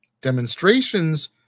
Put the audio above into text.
Demonstrations